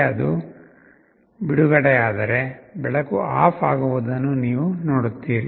ಅದು ಮತ್ತೆ ಬಿಡುಗಡೆಯಾದರೆ ಬೆಳಕು ಆಫ್ ಆಗುವುದನ್ನು ನೀವು ನೋಡುತ್ತೀರಿ